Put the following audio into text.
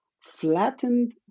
flattened